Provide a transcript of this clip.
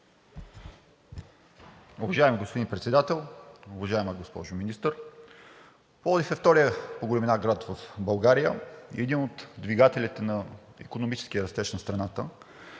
Уважаеми господин Председател, уважаема госпожо Министър! Пловдив е вторият по големина град в България и е един от двигателите на икономическия растеж на страната.